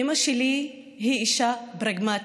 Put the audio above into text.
אימא שלי היא אישה פרגמטית,